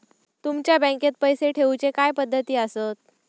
तुमच्या बँकेत पैसे ठेऊचे काय पद्धती आसत?